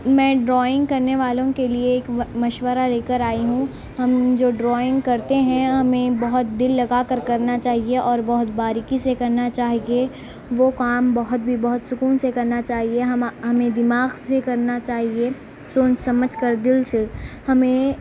میں ڈرائنگ کرنے والوں کے لیے ایک مشورہ لے کر آئی ہوں ہم جو ڈرائنگ کرتے ہیں ہمیں بہت دل لگا کر کرنا چاہیے اور بہت باریکی سے کرنا چاہیے وہ کام بہت بھی بہت سکون سے کرنا چاہیے ہم ہمیں دماغ سے کرنا چاہیے سوچ سمجھ کر دل سے ہمیں